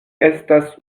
estas